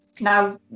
Now